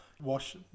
Wash